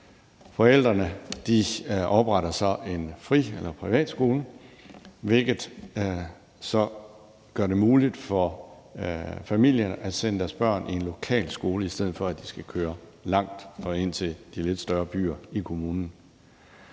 Forældrene opretter så en fri- eller privatskole, hvilket så gør det muligt for familierne at sende deres børn i en lokal skole, i stedet for at de skal køre langt og ind til de lidt større byer i kommunen.